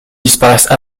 disparaissent